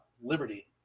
liberty